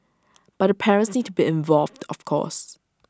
but the parents need to be involved of course